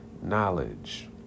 knowledge